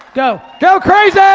go! go crazy!